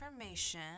information